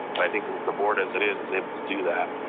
and i think the board as it is able to do that.